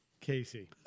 Casey